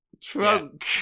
Trunk